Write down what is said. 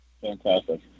Fantastic